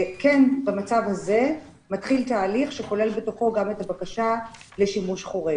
במצב הזה מתחיל תהליך שכולל בתוכו גם את הבקשה לשימוש חורג.